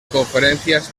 conferencias